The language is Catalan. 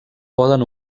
poden